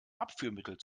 abführmittel